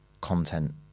content